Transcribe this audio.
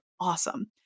awesome